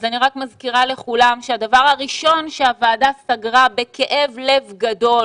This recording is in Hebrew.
אני רק מזכירה לכולם שהדבר הראשון שהוועדה סגרה בכאב לב גדול,